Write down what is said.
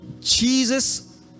Jesus